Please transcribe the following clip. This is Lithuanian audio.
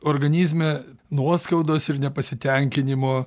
organizme nuoskaudos ir nepasitenkinimo